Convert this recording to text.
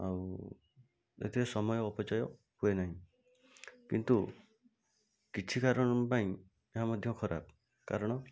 ଆଉ ଏଥିରେ ସମୟ ଅପଚୟ ହୁଏ ନାହିଁ କିନ୍ତୁ କିଛି କାରଣ ପାଇଁ ଏହା ମଧ୍ୟ ଖରାପ କାରଣ